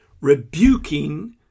rebuking